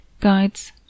guides